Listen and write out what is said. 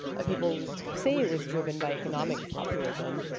ah people say it was driven by economic populism,